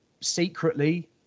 secretly